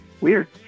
Weird